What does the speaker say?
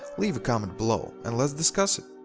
leave a comment below and let's discuss it.